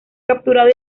capturado